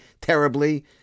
terribly